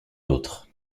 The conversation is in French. l’autre